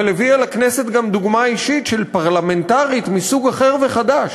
אבל הביאה לכנסת גם דוגמה אישית של פרלמנטרית מסוג אחר וחדש.